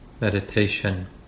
meditation